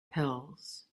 pills